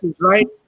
right